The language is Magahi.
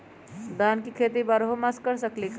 धान के खेती बारहों मास कर सकीले का?